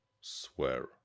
swear